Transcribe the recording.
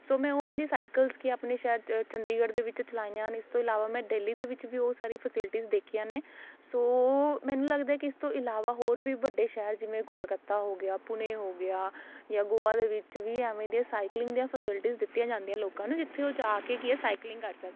ਸੋ ਮੈਂ ਓਹ ਵਾਲੀ ਸਾਇਕਲਸ ਕਿ ਆਪਣੇ ਸ਼ਹਿਰ ਚੰਡੀਗੜ੍ਹ ਦੇ ਵਿੱਚ ਚਲਾਈਆਂ ਨੇ ਇਸ ਤੋਂ ਇਲਾਵਾ ਮੈਂ ਡੇਲੀ ਦੇ ਵਿੱਚ ਵੀ ਓਹ ਸਾਰੀ ਫੈਸਿਲਟੀਸ ਦੇਖੀਆਂ ਨੇ ਸੋ ਮੈਨੂੰ ਲੱਗਦਾ ਕਿ ਇਸ ਤੋਂ ਇਲਾਵਾ ਹੋਰ ਵੀ ਵੱਡੇ ਸ਼ਹਿਰ ਜਿਵੇਂ ਕੋਲਕੱਤਾ ਹੋ ਗਿਆ ਪੁਨੇ ਹੋ ਗਿਆ ਜਾਂ ਗੋਆ ਦੇ ਵਿੱਚ ਵੀ ਇਵੇਂ ਦੀਆਂ ਸਾਇਕਲਿੰਗ ਦੀਆਂ ਫੈਸਿਲਟੀਸ ਦਿੱਤੀਆਂ ਜਾਂਦੀਆਂ ਲੋਕਾਂ ਨੂੰ ਜਿੱਥੇ ਓਹ ਜਾ ਕੇ ਕੀ ਹੈ ਸਾਇਕਲਿੰਗ ਕਰ ਸਕ